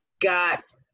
got